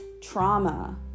trauma